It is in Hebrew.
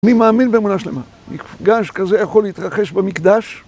מי מאמין באמונה שלמה? מפגש כזה יכול להתרחש במקדש?